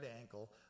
ankle